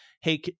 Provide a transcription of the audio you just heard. hey